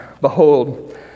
Behold